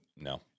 no